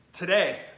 Today